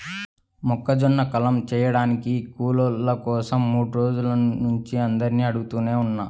మొక్కజొన్న కల్లం చేయడానికి కూలోళ్ళ కోసరం మూడు రోజుల నుంచి అందరినీ అడుగుతనే ఉన్నా